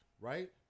right